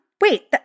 Wait